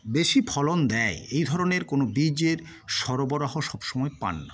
বেশি ফলন দেয় এই ধরনের কোন বীজের সরবরাহ সবসময় পান না